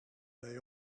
they